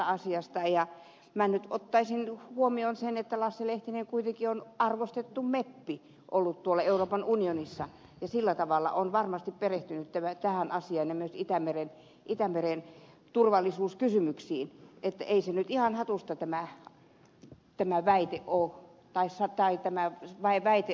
ja minä nyt ottaisin huomioon sen että lasse lehtinen kuitenkin on ollut arvostettu meppi euroopan unionissa ja on varmasti perehtynyt tähän asiaan ja myös itämeren turvallisuuskysymyksiin niin että ei se nyt ihan hatusta tämä väite ole temmattu